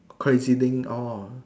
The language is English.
crazy thing orh